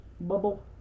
bubble